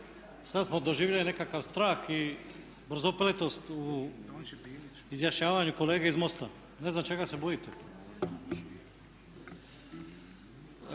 sad smo doživjeli nekakav strah i brzopletost u izjašnjavanju kolege iz MOST-a. Ne znam čega se bojite?